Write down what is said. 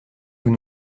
vous